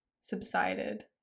subsided